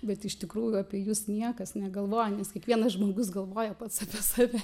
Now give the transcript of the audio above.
bet iš tikrųjų apie jus niekas negalvoja nes kiekvienas žmogus galvoja pats apie save